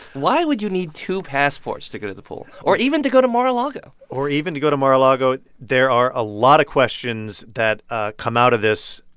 why would you need two passports to go to the pool or even to go to mar-a-lago? or even to go to mar-a-lago. there are a lot of questions that ah come out of this.